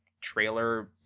trailer